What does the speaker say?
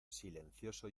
silencioso